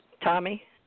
Tommy